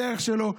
בדרך שלו.